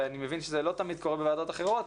אני מבין שזה לא תמיד קורה בוועדות אחרות,